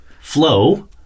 flow